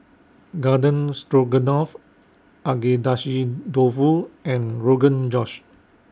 Garden Stroganoff Agedashi Dofu and Rogan Josh